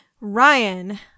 Ryan